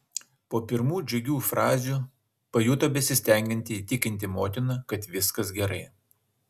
po pirmų džiugių frazių pajuto besistengianti įtikinti motiną kad viskas gerai